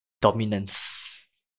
dominance